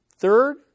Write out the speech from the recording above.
third